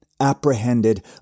apprehended